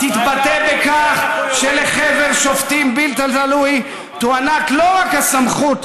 "תתבטא בכך שלחבר שופטים בלתי תלויים תוענק לא רק הסמכות,